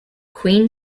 queen